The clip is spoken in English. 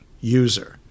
user